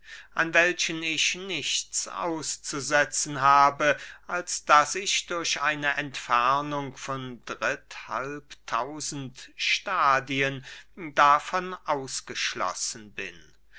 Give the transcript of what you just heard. an welchen ich nichts auszusetzen habe als daß ich durch eine entfernung von dritthalb tausend stadien davon ausgeschlossen bin